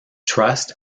trust